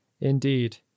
Indeed